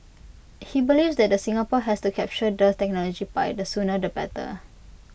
he believes that the Singapore has to capture the technology pie the sooner the better